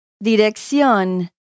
dirección